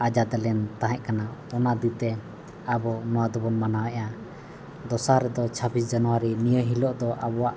ᱟᱡᱟᱫᱽ ᱞᱮᱱ ᱛᱟᱦᱮᱸᱠᱟᱱᱟ ᱚᱱᱟ ᱠᱷᱟᱹᱛᱤᱨᱛᱮ ᱟᱵᱚ ᱱᱚᱣᱟ ᱫᱚᱵᱚᱱ ᱢᱟᱱᱟᱣᱮᱫᱼᱟ ᱫᱚᱥᱟᱨ ᱫᱚ ᱪᱷᱟᱵᱽᱵᱤᱥ ᱡᱟᱱᱩᱣᱟᱨᱤ ᱱᱤᱭᱟᱹ ᱦᱤᱞᱚᱜ ᱫᱚ ᱟᱵᱚᱣᱟᱜ